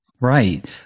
Right